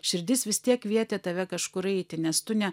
širdis vis tiek kvietė tave kažkur eiti nes tu ne